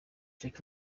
jack